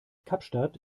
kapstadt